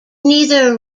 neither